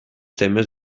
temes